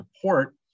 support